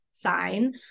sign